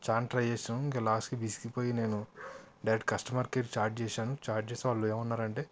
చాలా ట్రై చేశాను ఇంక లాస్ట్కి విసిగిపోయి నేను డైరెక్ట్ కస్టమర్ కేర్కి చాట్ చేశాను చాట్ చేస్తే వాళ్ళు ఏమన్నారంటే